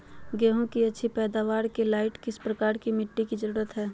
गेंहू की अच्छी पैदाबार के लाइट किस प्रकार की मिटटी की जरुरत है?